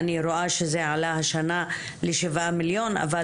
אני רואה שזה עלה השנה לשבעה מיליון.